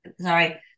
Sorry